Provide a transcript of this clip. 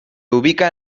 ubica